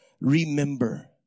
remember